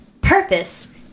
purpose